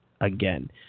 again